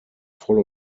voll